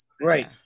right